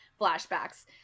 flashbacks